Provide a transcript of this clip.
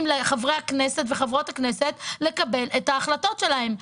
לחברות ולחברי הכנסת לקבל את ההחלטות שלהם.